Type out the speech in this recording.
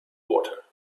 water